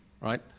right